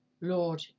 Lord